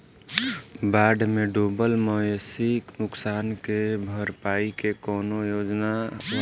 बाढ़ में डुबल मवेशी नुकसान के भरपाई के कौनो योजना वा?